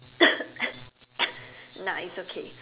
nice okay